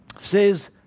says